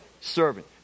Servant